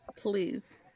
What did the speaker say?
Please